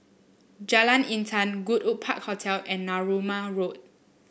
Jalan Intan Goodwood Park Hotel and Narooma Road